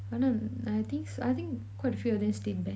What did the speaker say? ஆனா நான்:aana naan I think s~ I think quite a few others still in ban